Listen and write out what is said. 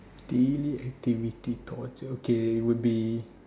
daily activity torture okay would be